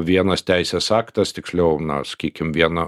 vienas teisės aktas tiksliau na sakykim viena